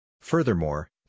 Furthermore